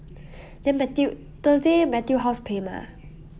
then matthew thursday matthew house 可以吗